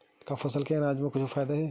का फसल से आनाज मा कुछु फ़ायदा हे?